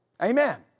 Amen